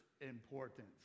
importance